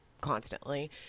constantly